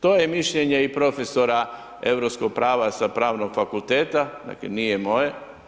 To je mišljenje i profesora europskog prava sa Pravnog fakulteta, dakle nije moje.